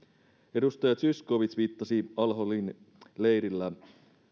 edustaja zyskowicz viittasi al holin leirillä